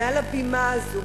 מעל הבימה הזו,